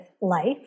life